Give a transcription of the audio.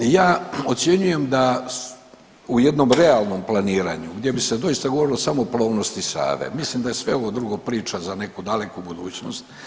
Ja ocjenjujem da u jednom realnom planiranju gdje bi se doista govorilo samo o plovnosti Save, mislim da je sve ovo drugo priča za neku daleku budućnost.